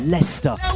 Leicester